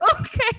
Okay